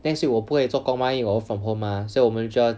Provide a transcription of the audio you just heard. next week 我不会作工 mah 因为我 work from home mah 所以我们就要